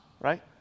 Right